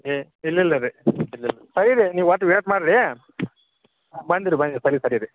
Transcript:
ಏ ಇಲ್ಲ ಇಲ್ಲಲ್ಲ ರೀ ಸೈಡ್ ನೀವು ವಾಟ್ ವೇಟ್ ಮಾಡ್ರಿ ಬಂದಿರಿ ಬಂದಿರಿ ಸರಿ ಸರಿ ರೀ